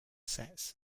sets